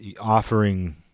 offering